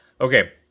Okay